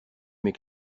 mes